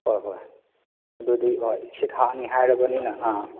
ꯍꯣꯏ ꯍꯣꯏ ꯑꯗꯨꯗꯤ ꯍꯣꯏ ꯁꯤ ꯊꯥꯅꯤ ꯍꯥꯏꯔꯕꯅꯤꯅ ꯑꯥ